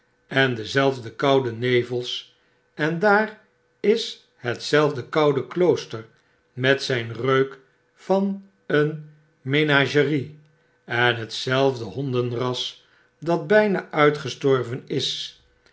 en dezelfde koude nevels en daar is hetzelfde koude klooster met zp reuk van een menagerie en hetzelfde hondenras dat bpa uitgestorven is